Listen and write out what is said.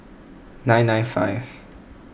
nine nine five